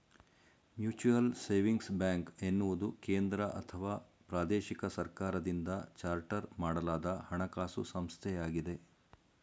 mutual savings bank ಎನ್ನುವುದು ಕೇಂದ್ರಅಥವಾ ಪ್ರಾದೇಶಿಕ ಸರ್ಕಾರದಿಂದ ಚಾರ್ಟರ್ ಮಾಡಲಾದ ಹಣಕಾಸು ಸಂಸ್ಥೆಯಾಗಿದೆ